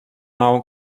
now